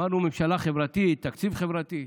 אמרנו "ממשלה חברתית", "תקציב חברתי",